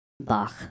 Bach